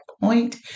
point